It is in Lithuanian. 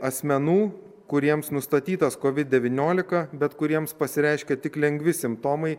asmenų kuriems nustatytas kovid devyniolika bet kuriems pasireiškia tik lengvi simptomai